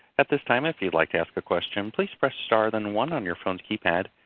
at this time if you'd like to ask a question please press star then one on your phone keypad.